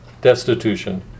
Destitution